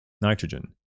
Nitrogen